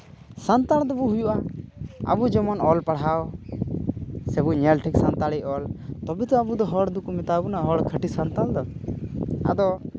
ᱥᱟᱱᱛᱟᱲ ᱫᱚᱵᱚᱱ ᱦᱩᱭᱩᱜᱼᱟ ᱟᱵᱚ ᱡᱮᱢᱚᱱ ᱚᱞ ᱯᱟᱲᱦᱟᱣ ᱥᱮᱵᱚᱱ ᱧᱮᱞ ᱴᱷᱤᱠ ᱥᱟᱱᱛᱟᱲᱤ ᱚᱞ ᱛᱚᱵᱮ ᱛᱚ ᱟᱵᱚ ᱫᱚ ᱦᱚᱲ ᱫᱚᱠᱚ ᱢᱮᱛᱟ ᱵᱚᱱᱟ ᱦᱚᱲ ᱫᱚ ᱠᱷᱟᱹᱴᱤ ᱥᱟᱱᱛᱟᱲ ᱫᱚ ᱟᱫᱚ